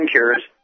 Cures